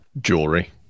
Jewelry